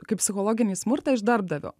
kaip psichologinį smurtą iš darbdavio